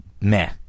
meh